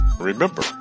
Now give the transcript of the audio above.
remember